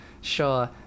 Sure